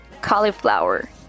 cauliflower